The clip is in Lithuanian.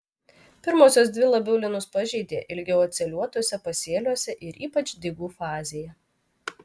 pirmosios dvi labiau linus pažeidė ilgiau atsėliuotuose pasėliuose ir ypač daigų fazėje